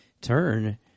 turn